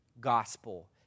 gospel